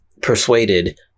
persuaded